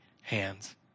hands